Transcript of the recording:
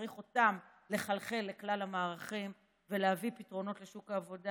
צריך לחלחל אותם לכלל המערכים ולהביא פתרונות לשוק העבודה.